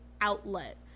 outlet